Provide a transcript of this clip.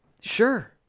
Sure